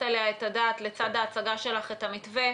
עליה את הדעת לצד ההצגה שלך את המתווה,